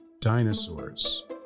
dinosaurs